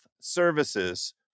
Services